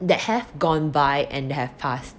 that have gone by and have passed